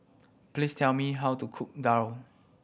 please tell me how to cook daal